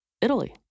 Italy